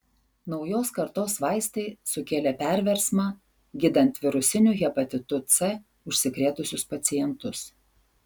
naujos kartos vaistai sukėlė perversmą gydant virusiniu hepatitu c užsikrėtusius pacientus